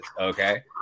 Okay